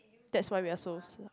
that's why we are so so